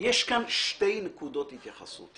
יש כאן שתי נקודות התייחסות.